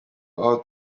aho